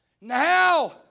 Now